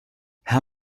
how